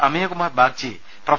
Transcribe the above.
Amiyakumar Bagchi prof